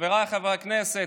חבריי חברי הכנסת,